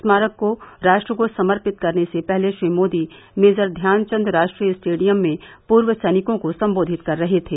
स्मारक को राष्ट्र को समर्पित करने से पहले श्री मोदी मेजर ध्यान चन्द राष्ट्रीय स्टेडियम में पूर्व सैनिकों को सम्बोधित कर रह थे